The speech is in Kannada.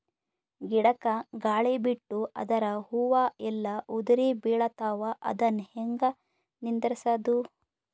ಗಿಡಕ, ಗಾಳಿ ಬಿಟ್ಟು ಅದರ ಹೂವ ಎಲ್ಲಾ ಉದುರಿಬೀಳತಾವ, ಅದನ್ ಹೆಂಗ ನಿಂದರಸದು?